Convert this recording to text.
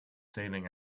sailing